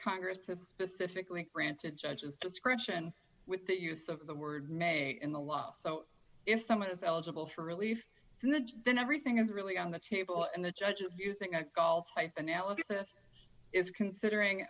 congress has specifically granted judge's discretion with the use of the word mate in the law so if someone is eligible for relief in the then everything is really on the table and the judge is using a call analysis is considering